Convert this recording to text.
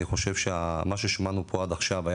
אני חושב שמה ששמענו פה עד עכשיו היה